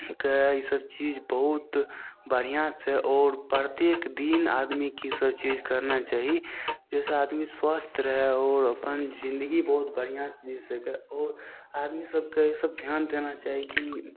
के ईसब चीज बहुत बढ़िआँ छै आओर प्रत्येक दिन आदमीके ईसब चीज करना चाही जैसँ आदमी स्वस्थ रहय आओर अपन जिंदगी बहुत बढ़िआँसँ जी सकय आओर आदमी सबके ईसब ध्यान देना चाही की